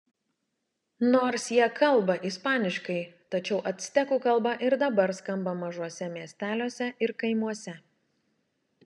nors jie kalba ispaniškai tačiau actekų kalba ir dabar skamba mažuose miesteliuose ir kaimuose